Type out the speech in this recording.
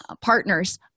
partners